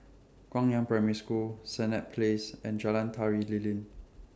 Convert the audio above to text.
Guangyang Primary School Senett Place and Jalan Tari Lilin